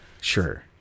Sure